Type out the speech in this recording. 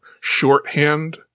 shorthand